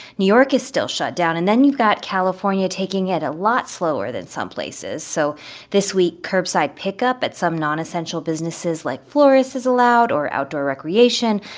new york is still shut down. and then, you've got california taking it a lot slower than some places so this week, curbside pickup at some non-essential businesses like florists is allowed, or outdoor recreation.